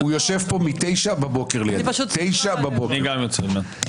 ומצד שני היא גם מעוררת עצב.